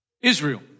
Israel